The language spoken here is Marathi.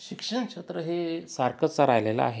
शिक्षण क्षेत्र हे सारखंच राहिलेलं आहे